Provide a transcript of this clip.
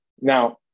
Now